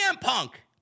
Punk